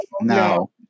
no